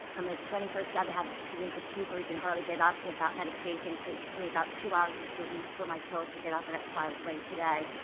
almost twenty four seven i have extreme fatigue where i can hardly get up without medication. it takes me about two hours just to reach for my pills to get up, and that's why i was late today.